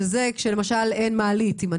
שזה כשלמשל אין מעלית.